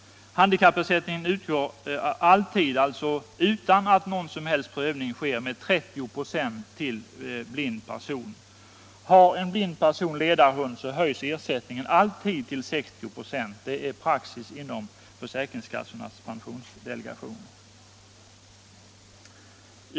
Handikappersättning utgår alltid med 30 26 till en blind person utan någon som helst prövning. Om en blind person har ledarhund höjs ersättningen frågor Vissa handikappfrågor alltid till 60 26. Det är praxis inom försäkringskassornas pensionsdelegationer.